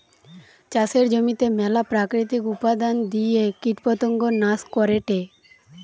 চাষের জমিতে মেলা প্রাকৃতিক উপাদন দিয়ে কীটপতঙ্গ নাশ করেটে